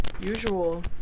Usual